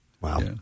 Wow